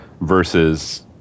versus